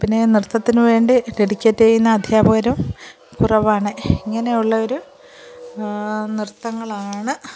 പിന്നെ നൃത്തത്തിന് വേണ്ടി ഡെഡിക്കേറ്റ് ചെയ്യുന്ന അധ്യാപകരും കുറവാണ് ഇങ്ങനെയുള്ള ഒരു നൃത്തങ്ങളാണ്